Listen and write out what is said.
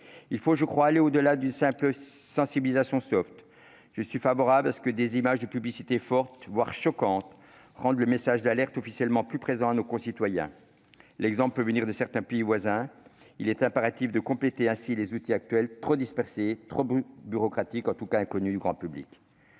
il faut aller au-delà d'une simple sensibilisation « soft ». Je suis favorable à ce que des images de publicité fortes, voire choquantes, rendent le message d'alerte officiellement plus présent à nos concitoyens. L'exemple peut venir de certains pays voisins. Il est impératif de compléter ainsi les outils actuels, trop dispersés, trop bureaucratiques, en tout cas inconnus du grand public.